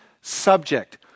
subject